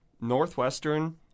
Northwestern